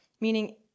meaning